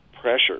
pressure